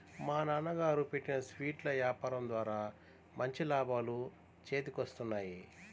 మా నాన్నగారు పెట్టిన స్వీట్ల యాపారం ద్వారా మంచి లాభాలు చేతికొత్తన్నాయి